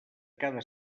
cada